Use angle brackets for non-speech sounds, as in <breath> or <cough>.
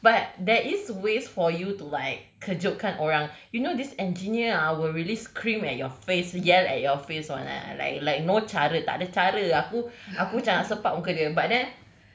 <breath> but there is ways for you to like kejutkan orang you know this engineer ah will really scream at your face yell at your face [one] leh like like no cara tak ada cara aku aku macam nak sepak muka dia but then